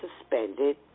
suspended